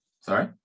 sorry